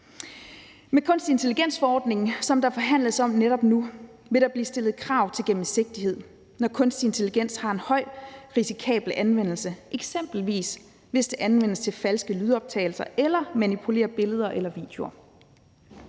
Med kunstig intelligens-forordningen, som der forhandles om netop nu, vil der blive stillet krav til gennemsigtighed, når kunstig intelligens har en højrisikabel anvendelse, eksempelvis hvis det anvendes til falske lydoptagelser eller at manipulere billeder eller videoer.